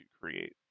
create